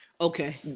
Okay